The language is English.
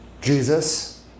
Jesus